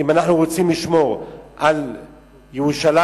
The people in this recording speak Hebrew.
אם אנחנו רוצים לשמור על ירושלים,